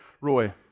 Roy